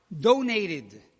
donated